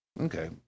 Okay